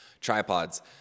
Tripods